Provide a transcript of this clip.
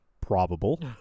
probable